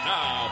Now